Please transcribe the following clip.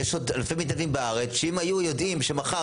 לאומני, תוכל